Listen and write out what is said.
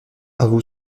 avoue